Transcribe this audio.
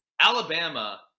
Alabama